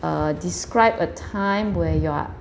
uh describe a time where you are